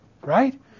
right